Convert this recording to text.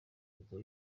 ubwo